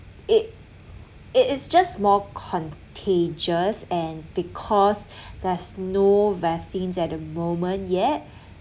it it it's just more contagious and because there's no vaccines at the moment yet